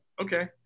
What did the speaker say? Okay